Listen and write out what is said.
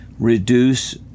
reduce